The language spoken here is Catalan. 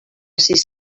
sis